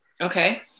Okay